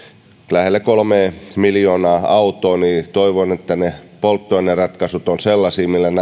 kolme miljoonaa autoa niin toivon että ne polttoaineratkaisut ovat sellaisia millä tämä